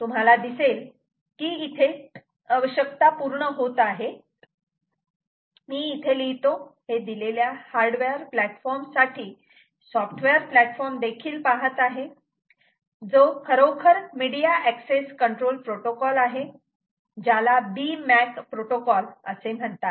तर तुम्हाला दिसेल की इथे आवश्यकता पूर्ण होत आहेत मी हे इथे लिहितो हे दिलेल्या हार्डवेअर प्लेटफॉर्म साठी सॉफ्टवेअर प्लॅटफॉर्म देखील पाहत आहे जो खरोखर मीडिया ऍक्सेस कंट्रोल प्रोटोकॉल आहे ज्याला B मॅक प्रोटोकॉल असे म्हणतात